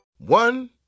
One